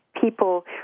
People